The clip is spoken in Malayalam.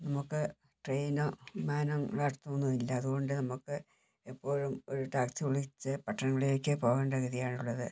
നമുക്ക് ട്രയിനോ വിമാനമോ ഇവിടെ അടുത്തൊന്നുമില്ല അതുകൊണ്ട് നമുക്ക് എപ്പോഴും ഒരു ടാക്സി വിളിച്ച് പട്ടണങ്ങളിലേക്ക് പോവേണ്ട ഗതിയാണുള്ളത്